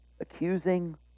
Accusing